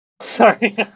Sorry